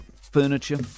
furniture